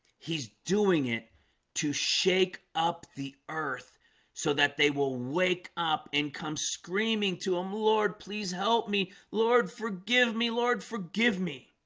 he's doing it to shake up the earth so that they will wake up and come screaming to him um lord. please help me lord. forgive me lord, forgive me